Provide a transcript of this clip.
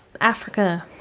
Africa